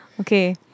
Okay